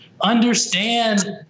understand